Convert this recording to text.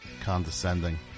Condescending